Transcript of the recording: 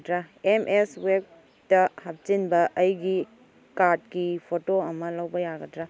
M S ꯋꯦꯞꯇ ꯍꯥꯞꯆꯤꯟꯕ ꯑꯩꯒꯤ ꯀꯥꯔꯠꯀꯤ ꯐꯣꯇꯣ ꯑꯃ ꯂꯧꯕ ꯌꯥꯒꯗ꯭ꯔ